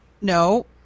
No